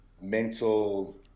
mental